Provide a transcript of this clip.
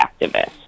activist